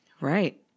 Right